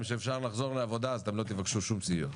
שאפשר לחזור לעבודה אז אתם לא תבקשו שום סיוע.